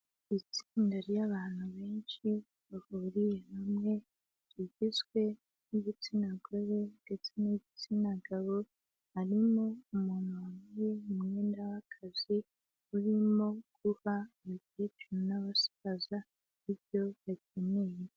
Itsinda ry'abantu benshi bahuriye hamwe, rigizwe n'igitsina gore ndetse n'igitsina gabo, harimo umuntu wambaye umwenda wakazi urimo guha umukecuru nabasaza ibyo bakeneye.